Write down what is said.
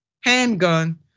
handgun